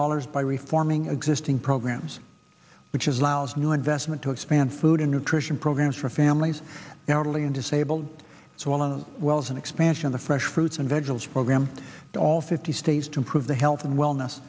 dollars by reforming existing programs which is allows new investment to expand food and nutrition programs for families now italy and disabled solo well as an expansion of the fresh fruits and vegetables program to all fifty states to improve the health and wellness